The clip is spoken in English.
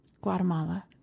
Guatemala